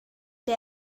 der